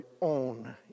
own